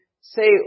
say